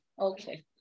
Okay